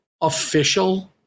official